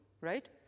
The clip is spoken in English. right